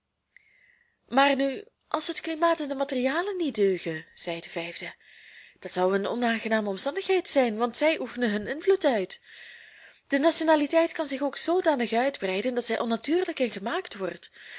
maar als nu het klimaat en de materialen niet deugen zei de vijfde dat zou een onaangename omstandigheid zijn want zij oefenen hun invloed uit de nationaliteit kan zich ook zoodanig uitbreiden dat zij onnatuurlijk en gemaakt wordt